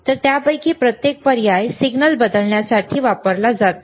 तर त्यापैकी प्रत्येक पर्याय सिग्नल बदलण्यासाठी वापरला जातो